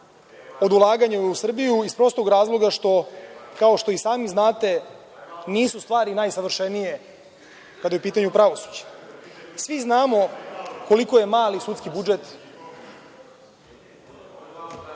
na ulaganje u Srbiji iz razloga što, kao što i sami znate, stvari nisu najsavršenije kada je u pitanju pravosuđe. Svi znamo koliko je mali sudski